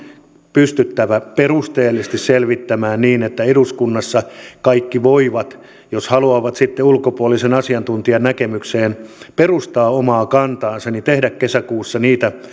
pystyttävä perusteellisesti selvittämään asia niin että eduskunnassa kaikki voivat jos haluavat sitten ulkopuolisen asiantuntijan näkemykseen perustaa omaa kantaansa tehdä kesäkuussa niitä